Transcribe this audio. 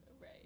Right